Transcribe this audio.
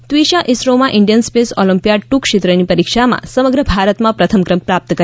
ત્વિષા ઈસરોમાં ઇજિયન space olympiad ટ્ર ક્ષેત્રેની પરીક્ષામાં સમગ્ર ભારતમાં પ્રથમ ક્રમ પ્રાપ્ત કર્યો છે